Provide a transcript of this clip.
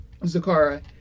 Zakara